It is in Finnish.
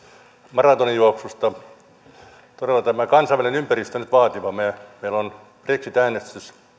maratonjuoksusta todella tämä kansainvälinen ympäristö on nyt vaativa meillä on brexit äänestys